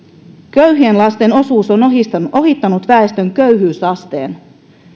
köyhien lasten osuus on ohittanut ohittanut väestön köyhyysasteen